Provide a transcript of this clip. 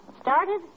Started